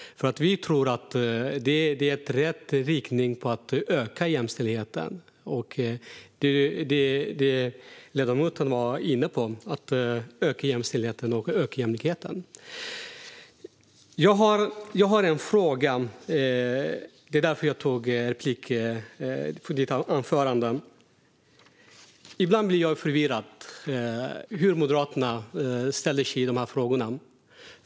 Vi tror att det är rätt riktning att gå för att öka jämställdheten. Ledamoten var ju inne på att jämställdheten och jämlikheten ska öka. Jag har en fråga. Det var därför jag begärde replik på Ann-Sofie Alms anförande. Ibland blir jag förvirrad över Moderaternas ställningstagande i dessa frågor.